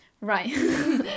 right